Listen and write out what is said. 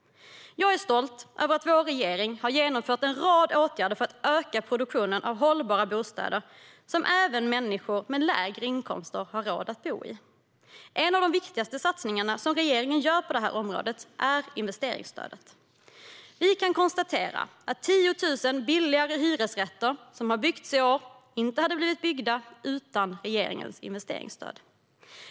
Jag är stolt över att vår regering har vidtagit en rad åtgärder för att öka produktionen av hållbara bostäder som även människor med lägre inkomster har råd att bo i. En av de viktigaste satsningarna som regeringen gör på det här området är investeringsstödet. Vi kan konstatera att de 10 000 billigare hyresrätter som har byggts i år inte hade blivit byggda utan regeringens investeringsstöd.